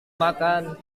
makan